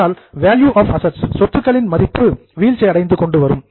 ஆனால் value of assets சொத்துக்களின் மதிப்பு வீழ்ச்சி அடைந்து கொண்டு வரும்